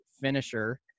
finisher